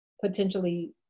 potentially